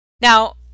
now